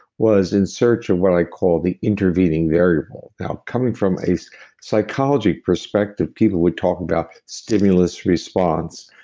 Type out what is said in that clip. was in search of what i call the intervening variable. now, coming from a psychology perspective, people would talk about stimulus response,